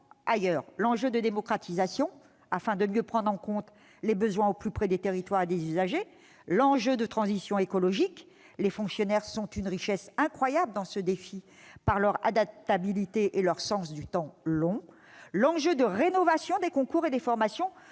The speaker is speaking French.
à l'enjeu de démocratisation, afin de mieux prendre en compte les besoins au plus près des territoires et des usagers. Nous pensons aussi à l'enjeu de transition écologique- les fonctionnaires sont une richesse incroyable dans ce défi par leur adaptabilité et leur sens du temps long. Nous pensons encore à l'enjeu de rénovation des concours et des formations